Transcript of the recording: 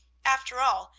after all,